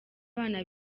abana